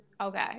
okay